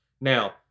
Now-